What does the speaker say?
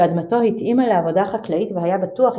שאדמתו התאימה לעבודה חקלאית והיה בטוח יחסית,